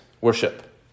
worship